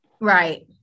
Right